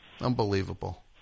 Unbelievable